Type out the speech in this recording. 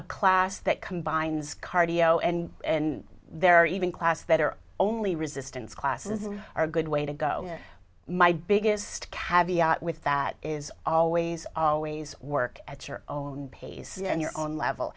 a class that combines cardio and and there are even class that are only resistance classes are a good way to go my biggest kaviak with that is always always work at your own pace and your own level